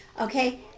okay